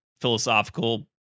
philosophical